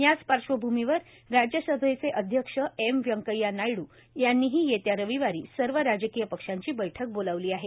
याच पार्श्वभूमीवर राज्यसभेचे अध्यक्ष एम व्यंकय्या नायड् यांनीही येत्या रविवारी सर्व राजकीय पक्षांची बैठक बोलावली आहे